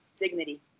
dignity